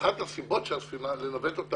ואחת הסיבות שלא פשוט לנווט את הספינה,